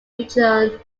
region